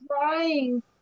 trying